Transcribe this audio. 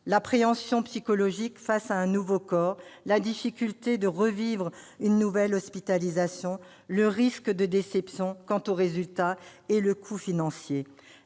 l'appréhension psychologique face à un nouveau corps, la difficulté de revivre une nouvelle hospitalisation, le risque de déception quant aux résultats et le coût financier.